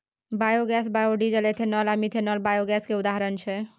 biogas, biodiesel, ethanol आ methanol biogas केर उदाहरण छै